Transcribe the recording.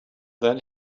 then